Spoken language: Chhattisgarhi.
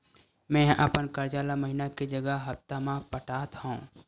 मेंहा अपन कर्जा ला महीना के जगह हप्ता मा पटात हव